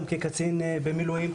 גם כקצין במילואים,